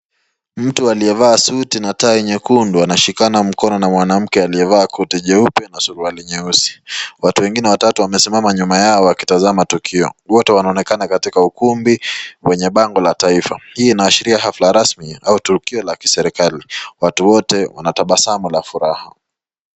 Mtu aliyevaa suti na tai nyekundu anashikana mkono na mwanamke aliyevaa koti jeupe na suruali nyeusi. Watu wengine watatu wamesimama nyuma yao wakitazama tukio. Wote wanaonekana katika ukumbi wenye bango la taifa hii inaishiria hafla rasmi au tukio la kiserikali. Watu wote wanatabasamu la furaha.